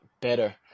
better